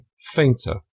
fainter